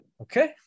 Okay